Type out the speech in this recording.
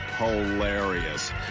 Hilarious